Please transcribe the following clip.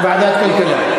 ועדת הכלכלה.